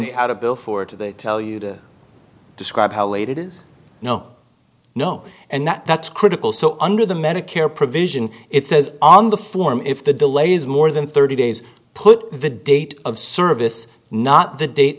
a bill for to tell you to describe how late it is no no and that's critical so under the medicare provision it says on the form if the delay is more than thirty days put the date of service not the date